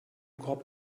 korb